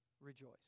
Rejoice